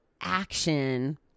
action